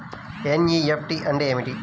NEFT అంటే ఏమిటి?